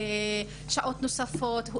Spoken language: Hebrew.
שעות נוספות,